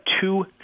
two